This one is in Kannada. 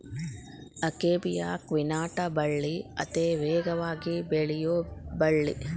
ಅಕೇಬಿಯಾ ಕ್ವಿನಾಟ ಬಳ್ಳಿ ಅತೇ ವೇಗವಾಗಿ ಬೆಳಿಯು ಬಳ್ಳಿ